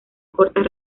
cortas